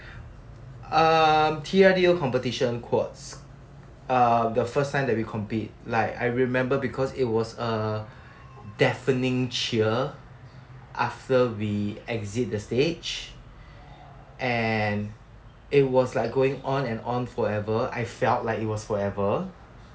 um T_R_D_U competition quads uh the first time that we compete like I remember because it was a deafening cheer after we exit the stage and it was like going on and on forever I felt like it was forever